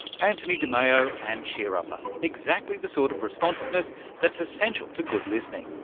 anthony dimeo and cheerupper, exactly the sort of responsiveness that's essential to good listening,